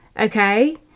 Okay